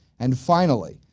and, finally,